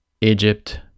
Egypt